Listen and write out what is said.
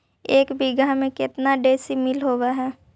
एक बीघा में केतना डिसिमिल होव हइ?